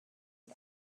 and